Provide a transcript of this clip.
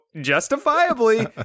Justifiably